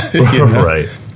Right